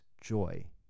joy